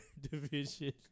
division